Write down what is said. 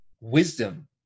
wisdom